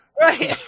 Right